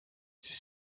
siis